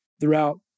throughout